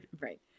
Right